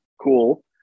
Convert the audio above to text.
cool